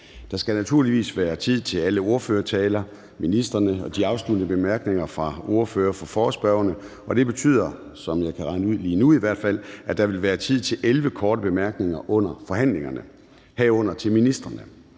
Der skal naturligvis være tid til alle ordførertaler, ministrene og de afsluttende bemærkninger fra ordføreren for forespørgerne. Og det betyder, som jeg kan regne det ud lige nu i hvert fald, at der vil være tid til 11 korte bemærkninger under forhandlingerne, herunder til ministrene.